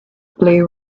play